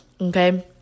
Okay